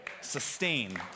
sustain